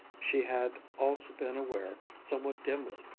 she had also been aware, somewhat dimly,